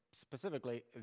specifically